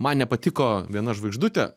man nepatiko viena žvaigždutė